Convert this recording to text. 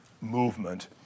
movement